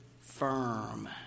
firm